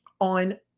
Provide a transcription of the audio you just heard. on